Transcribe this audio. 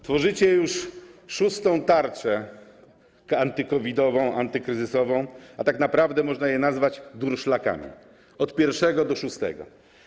Tworzycie już szóstą tarczę anty-COVID-ową, antykryzysową, a tak naprawdę można je nazwać durszlakami: od pierwszego do szóstego.